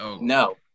No